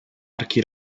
archi